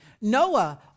Noah